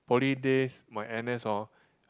poly days my N_S hor